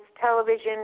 television